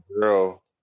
girl